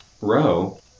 Row